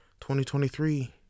2023